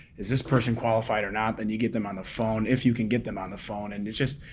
is this person qualified or not, then you get them on the phone, if you can get them on the phone. and it's just,